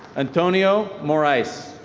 antonio morice.